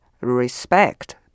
Respect